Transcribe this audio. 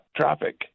traffic